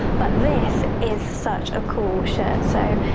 but this is such a cool shirt, so